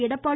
Edappadi